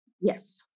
Yes